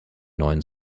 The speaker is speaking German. neun